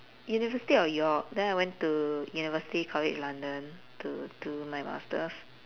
university of york then I went to university college london to do my masters